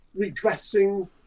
regressing